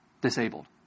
disabled